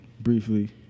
briefly